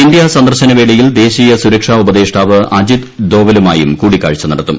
India സന്ദർശനവേളയിൽ ുദ്ദേശ്വീയ സുരക്ഷാ ഉപദേഷ്ടാവ് അജിത് ധോവലുമായുരിക്കൂടിക്കാഴ്ച നടത്തും